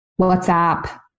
whatsapp